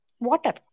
Water